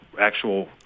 actual